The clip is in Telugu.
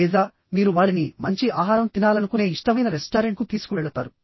లేదా మీరు వారిని మంచి ఆహారం తినాలనుకునే ఇష్టమైన రెస్టారెంట్కు తీసుకువెళతారు